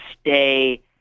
stay